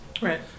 Right